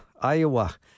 Iowa